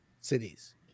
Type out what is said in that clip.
cities